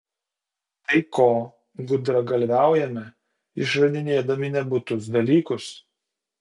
tai ko gudragalviaujame išradinėdami nebūtus dalykus